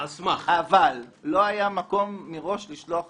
אבל לא היה מקום מראש לשלוח